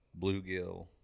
bluegill